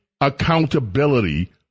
accountability